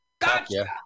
Gotcha